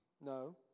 No